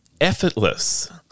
effortless